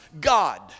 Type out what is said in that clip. God